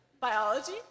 Biology